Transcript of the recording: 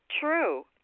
true